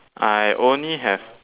I only have